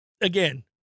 Again